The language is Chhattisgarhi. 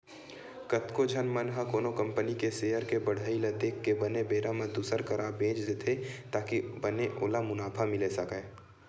कतको झन मन ह कोनो कंपनी के सेयर के बड़हई ल देख के बने बेरा म दुसर करा बेंच देथे ताकि बने ओला मुनाफा मिले सकय